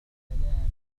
السلامة